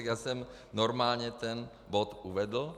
Já jsem normálně ten bod uvedl.